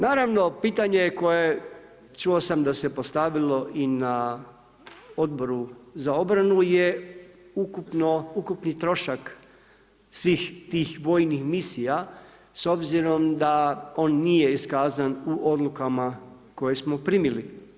Naravno pitanje koje čuo sam da se postavilo i na Odboru za obranu je ukupni trošak svih tih vojnih misija s obzirom da on nije iskazan u odlukama koje smo primili.